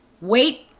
wait